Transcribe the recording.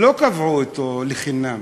לא קבעו אותו לחינם.